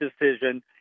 decision